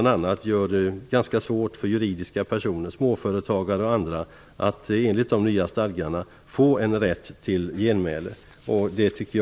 Det gör det ganska svårt för juridiska personer, småföretagare och andra, att få rätt till genmäle enligt de nya stadgarna.